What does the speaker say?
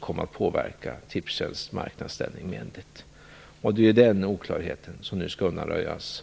kom att påverka Tipstjänst marknadsställning. Det är den oklarheten som nu skall undanröjas.